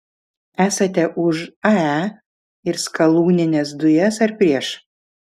esate už ae ir skalūnines dujas ar prieš